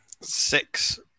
Six